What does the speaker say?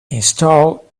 install